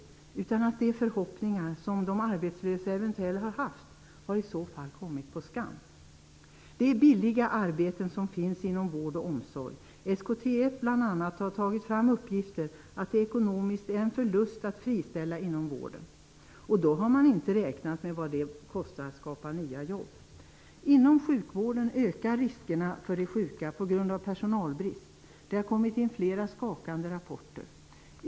Det värsta är att de förhoppningar som de arbetslösa eventuellt har haft i så fall har grusats. Det är billiga arbeten som finns inom vård och omsorg. SKTF, bl.a., har tagit fram uppgifter om att det ekonomiskt är en förlust att friställa inom vården. Då har man inte räknat med vad det kostar att skapa nya jobb. Inom sjukvården ökar riskerna för de sjuka på grund av personalbrist. Det har kommit in flera skakande rapporter.